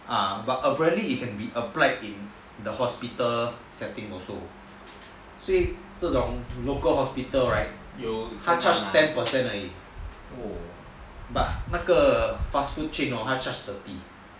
but apparently it can be applied in the hospital setting also 所以这种 local hospital right 她 charge ten percent 而已 but 那个 fast food chain 她 charge thirty